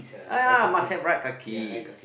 ah yeah must have right kaki